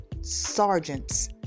sergeants